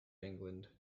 england